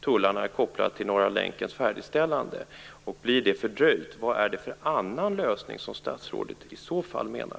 Tullarna är ju kopplade till Norra länkens färdigställande. Vad är det, om detta skulle bli fördröjt, för annan lösning som statsrådet menar?